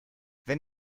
wenn